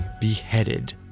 beheaded